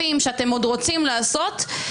לנצח.